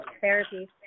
therapy